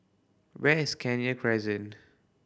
where is Kenya Crescent